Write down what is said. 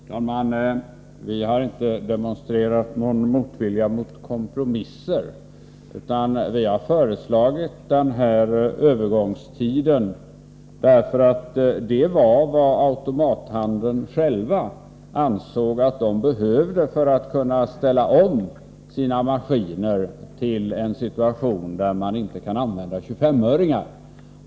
Herr talman! Vi har inte demonstrerat någon motvilja mot kompromisser, utan vi har föreslagit den här övergångstiden, därför att det var vad automathandeln själv ansåg sig behöva för att ställa om sina maskiner till en situation där man inte kan använda 25-öringar.